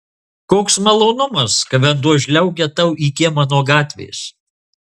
koks malonumas kai vanduo žliaugia tau į kiemą nuo gatvės